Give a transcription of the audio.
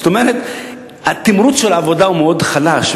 כלומר התמרוץ של העבודה הוא מאוד חלש,